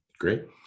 Great